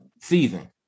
season